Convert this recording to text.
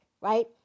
right